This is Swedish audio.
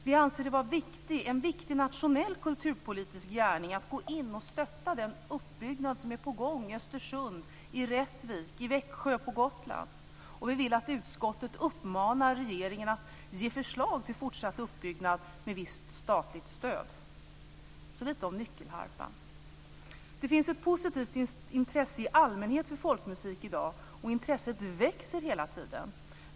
Vi anser att det är en viktig nationell kulturpolitisk gärning att gå in och stötta den uppbyggnad som är på gång i Östersund, i Rättvik, i Växjö och på Gotland. Vi vill att utskottet ska uppmana regeringen att ge förslag om fortsatt uppbyggnad med ett visst statligt stöd. Jag ska prata lite om nyckelharpan. Det finns ett positivt intresse i allmänhet för folkmusik i dag, och intresset växer hela tiden.